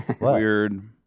weird